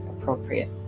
appropriate